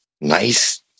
nice